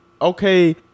okay